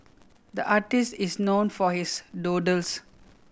the artist is known for his doodles